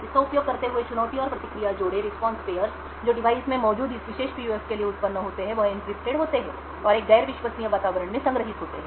इसका उपयोग करते हुए चुनौती और प्रतिक्रिया जोड़े जो डिवाइस में मौजूद इस विशेष पीयूएफ के लिए उत्पन्न होते हैं वह एन्क्रिप्टेड होते हैं और एक गैर विश्वसनीय वातावरण में संग्रहीत होते हैं